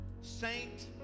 saint